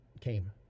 came